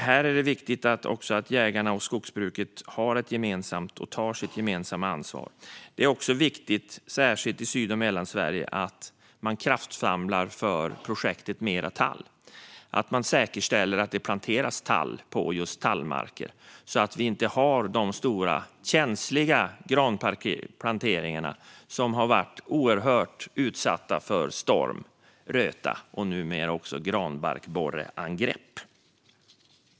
Här är det viktigt att jägarna och skogsbruket tar sitt gemensamma ansvar. Det är också viktigt, särskilt i Syd och Mellansverige, att man kraftsamlar för projektet Mera tall. Man måste säkerställa att det planteras tall på just tallmark, så att vi inte får de stora och känsliga granplanteringar som har varit så utsatta för storm, röta och numera också granbarkborreangrepp.